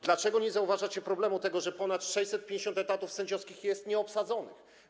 Dlaczego nie zauważacie takiego problemu, że ponad 650 etatów sędziowskich jest nieobsadzonych?